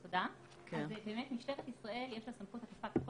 אז באמת למשטרת ישראל יש סמכות אכיפה כמו